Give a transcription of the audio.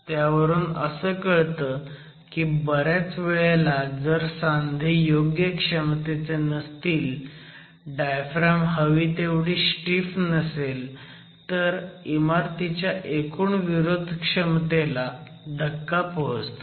त्यावरून असं कळतं की बऱ्याच वेळेला जर सांधे योग्य क्षमतेचे नसतील डायफ्रॅम हवी तेवढी स्टीफ नसेल तर इमारतीच्या एकूण विरोध क्षमतेला धक्का पोहोचतो